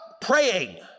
praying